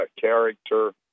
character